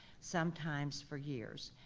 sometimes for years.